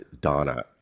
Donna